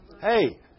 Hey